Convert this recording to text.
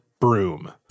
broom